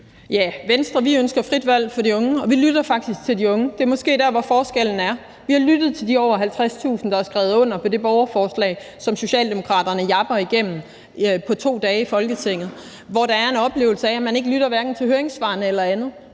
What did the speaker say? (V): Venstre ønsker frit valg for de unge, og vi lytter faktisk til de unge. Det er måske der, hvor forskellen er. Vi har lyttet til de over 50.000, der har skrevet under på det borgerforslag, som Socialdemokraterne japper igennem på 2 dage i Folketinget. Der er en oplevelse af, at man hverken lytter til høringssvarene eller andet.